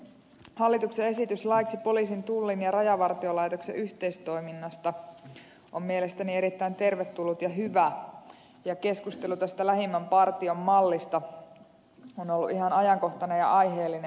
hallituksen esitys laiksi poliisin tullin ja rajavartiolaitoksen yhteistoiminnasta on mielestäni erittäin tervetullut ja hyvä ja keskustelu tästä lähimmän partion mallista on ollut ihan ajankohtainen ja aiheellinen